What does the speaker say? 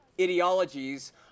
ideologies